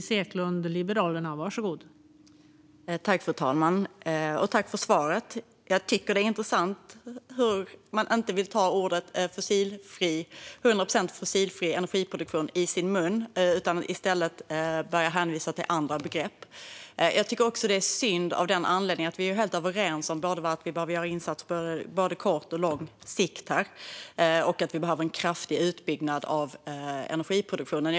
Fru talman! Jag tackar för svaret. Jag tycker att det är intressant att man inte vill ta orden 100 procent fossilfri energiproduktion i sin mun utan i stället börjar hänvisa till andra begrepp. Jag tycker också att det är synd av den anledningen att vi är helt överens om att vi behöver göra insatser på både kort och lång sikt och att vi behöver en kraftig utbyggnad av energiproduktionen.